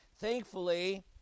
Thankfully